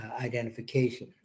identification